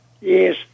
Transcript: Yes